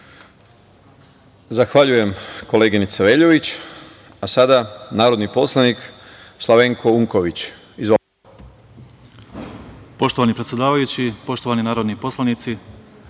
Zahvaljujem, koleginice Veljović. Reči ima narodni poslanik Slavenko Unković.